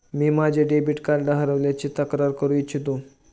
मी माझे debit card हरवल्याची तक्रार करू इच्छितो